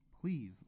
Please